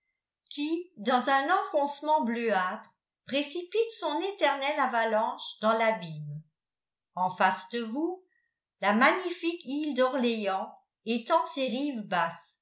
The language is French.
qui dans un enfoncement bleuâtre précipite son éternelle avalanche dans l'abîme en face de vous la magnifique île d'orléans étend ses rives basses